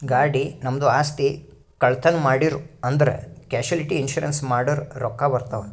ಗಾಡಿ, ನಮ್ದು ಆಸ್ತಿ, ಕಳ್ತನ್ ಮಾಡಿರೂ ಅಂದುರ್ ಕ್ಯಾಶುಲಿಟಿ ಇನ್ಸೂರೆನ್ಸ್ ಮಾಡುರ್ ರೊಕ್ಕಾ ಬರ್ತಾವ್